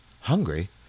hungry